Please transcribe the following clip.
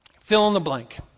fill-in-the-blank